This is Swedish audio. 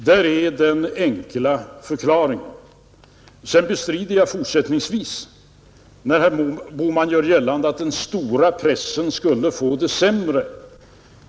Där är den enkla förklaringen. Jag bestrider fortsättningsvis herr Bohmans påstående att den stora pressen skulle få det sämre.